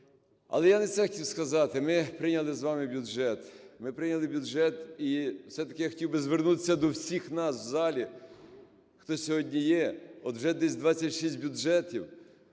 Але я не це хотів сказати. Ми прийняли з вами бюджет. Ми прийняли бюджет, і все-таки я хотів би звернутися до всіх нас у залі, хто сьогодні є: от вже десь 26 бюджетів,